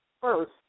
first